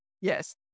Yes